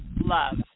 love